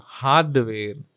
hardware